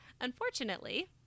unfortunately